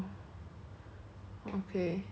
yes speaking of animals right